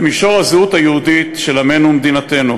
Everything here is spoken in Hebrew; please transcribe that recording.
במישור הזהות היהודית של עמנו ומדינתנו,